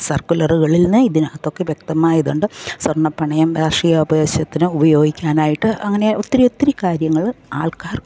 സർക്കുലറുകളിൽനിന്ന് ഇതിനകത്ത് ഒക്കെ വ്യക്തമായ ഇതുണ്ട് സ്വർണപ്പണയം കാർഷിക ആവശ്യത്തിന് ഉപയോഗിക്കാനായിട്ട് അങ്ങനെ ഒത്തിരി ഒത്തിരി കാര്യങ്ങൾ ആൾക്കാർക്ക്